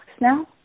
now